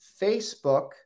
Facebook